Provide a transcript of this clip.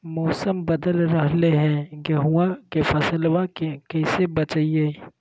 मौसम बदल रहलै है गेहूँआ के फसलबा के कैसे बचैये?